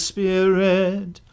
Spirit